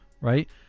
right